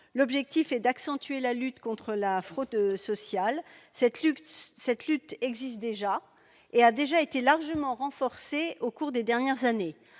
L'objectif est d'accentuer la lutte contre la fraude sociale. Cette lutte a déjà été largement renforcée au cours des dernières années.